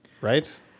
right